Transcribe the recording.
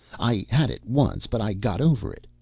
i had it once, but i got over it.